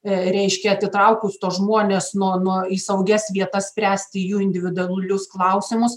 reiškia atitraukus tuos žmones nuo nuo į saugias vietas spręsti jų individualius klausimus